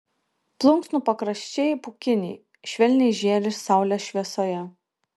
plunksnų pakraščiai pūkiniai švelniai žėri saulės šviesoje